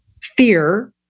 fear